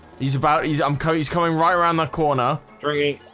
he's about he's i'm co he's coming right around the corner ringing